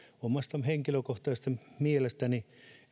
omasta henkilökohtaisesta mielestäni